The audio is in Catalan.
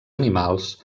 animals